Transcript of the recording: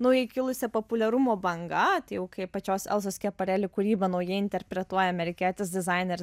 naujai kilusia populiarumo banga tai jau kai pačios elzos skeparelis kūrybą naujai interpretuoja amerikietis dizaineris